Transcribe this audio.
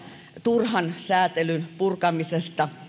turhan säätelyn purkamisesta